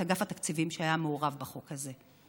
את אגף התקציבים שהיה מעורב בחוק הזה,